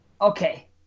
Okay